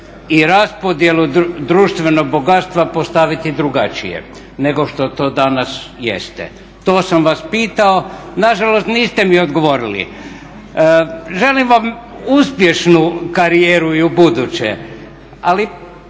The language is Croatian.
i raspodjelu društvenog bogatstva postaviti drugačije nego što to danas jeste. To sam vas pitao. Nažalost niste mi odgovorili. Želim vam uspješnu karijeru i ubuduće, ali